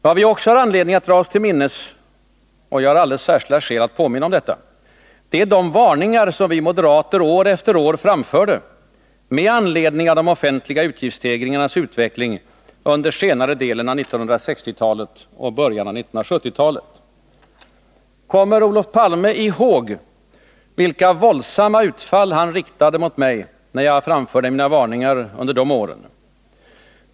Vad vi också har anledning att dra oss till minnes — och jag har alldeles särskilda skäl att påminna om detta — det är de varningar som vi moderater år efter år framförde med anledning av de offentliga utgiftsstegringarnas utveckling under senare delen av 1960-talet och början av 1970-talet. Kommer Olof Palme ihåg vilka våldsamma utfall han riktade mot mig, när jag under de åren framförde mina varningar?